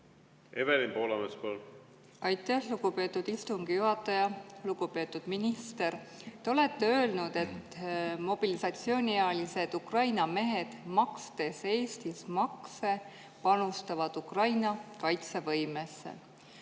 Ukrainasse? Aitäh, lugupeetud istungi juhataja! Lugupeetud minister! Te olete öelnud, et mobilisatsiooniealised Ukraina mehed, makstes Eestis makse, panustavad Ukraina kaitsevõimesse.